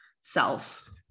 self